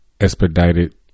expedited